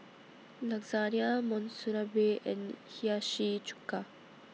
Lasagna Monsunabe and Hiyashi Chuka